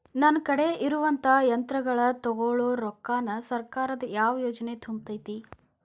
ನನ್ ಕಡೆ ಇರುವಂಥಾ ಯಂತ್ರಗಳ ತೊಗೊಳು ರೊಕ್ಕಾನ್ ಸರ್ಕಾರದ ಯಾವ ಯೋಜನೆ ತುಂಬತೈತಿ?